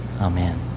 Amen